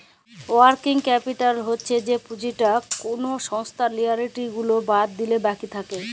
working capital হচ্ছ যে পুঁজিটা কোলো সংস্থার লিয়াবিলিটি গুলা বাদ দিলে বাকি থাক্যে